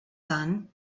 son